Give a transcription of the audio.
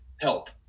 help